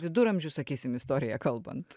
viduramžių sakysim istoriją kalbant